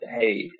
Hey